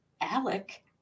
Alec